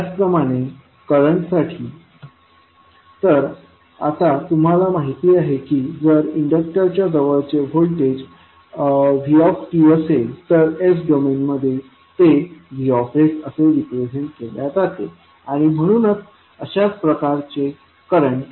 त्याचप्रमाणे करंटसाठी तर आता तुम्हाला माहित आहे की जर इंडक्टरच्या जवळचे व्होल्टेज vt असेल तर s डोमेनमध्ये ते Vs असे रिप्रेझेंट केल्या जाते आणि म्हणूनच अशाच प्रकारे करंट